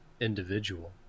individual